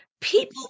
people